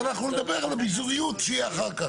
אז אנחנו נדבר על הביזוריות שיהיה אחר כך,